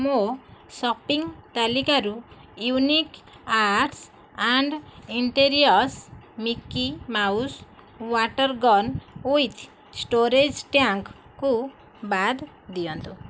ମୋ ସପିଂ ତାଲିକାରୁ unique arts and interiors Mickey Mouse water gun with storage tank କୁ ବାଦ୍ ଦିଅନ୍ତୁ